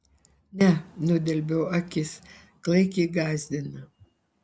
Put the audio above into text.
ne nudelbiau akis klaikiai gąsdina